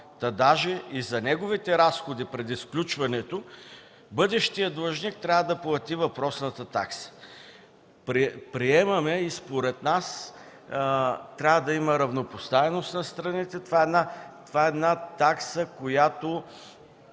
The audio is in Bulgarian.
та даже и за неговите разходи преди сключването бъдещият длъжник трябва да плати въпросната такса. Според нас трябва да има равнопоставеност на страните. Това е една такса, която